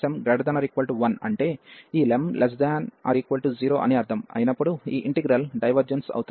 కాబట్టి ఈ 1 m≥1 అంటే ఈ m≤0 అని అర్ధం అయినప్పుడు ఈ ఇంటిగ్రల్ డైవర్జెన్స్ అవుతుంది